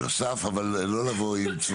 והאדריכלים.